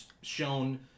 shown